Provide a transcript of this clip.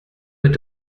mit